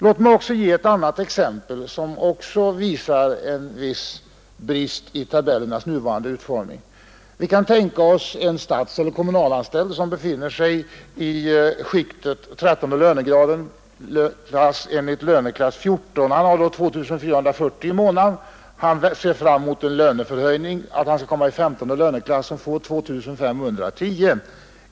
Låt mig också ge ett annat exempel, som också visar en viss brist i tabellernas nuvarande utformning. Vi kan tänka oss en statseller kommunalanställd som befinner sig i 13 lönegraden och 14 löneklassen. Det innebär att han har 2 440 kronor i månaden. Han ser fram mot en uppflyttning till 15 löneklassen då han får en lön av 2 510 kronor.